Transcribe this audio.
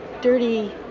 dirty